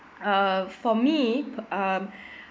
err for me um